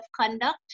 conduct